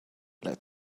let